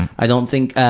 i don't think,